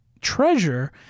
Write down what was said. treasure